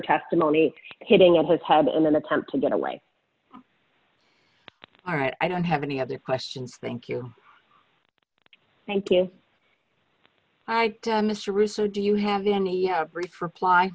testimony hitting on his head in an attempt to get away all right i don't have any other questions thank you thank you mr russo do you have any brief reply